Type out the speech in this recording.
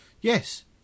Yes